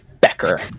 Becker